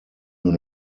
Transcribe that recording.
nur